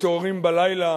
מתעוררים בלילה